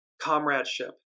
Comradeship